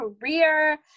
career